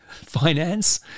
finance